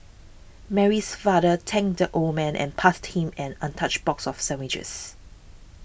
Mary's father thanked the old man and passed him an untouched box of sandwiches